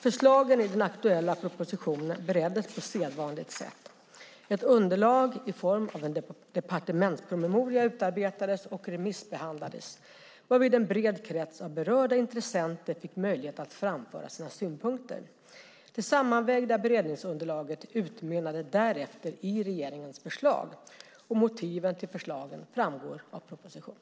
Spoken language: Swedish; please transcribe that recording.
Förslagen i den aktuella propositionen bereddes på sedvanligt sätt. Ett underlag i form av en departementspromemoria utarbetades och remissbehandlades, varvid en bred krets av berörda intressenter fick möjlighet att framföra sina synpunkter. Det sammanvägda beredningsunderlaget utmynnade därefter i regeringens förslag. Motiven till förslagen framgår av propositionen.